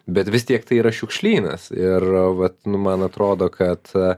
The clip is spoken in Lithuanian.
bet vis tiek tai yra šiukšlynas ir vat nu man atrodo kad